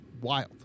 wild